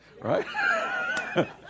right